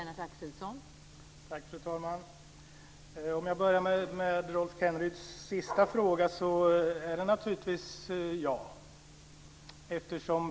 Fru talman! Jag börjar med Rolf Kenneryds sista fråga. Svaret är naturligtvis ja.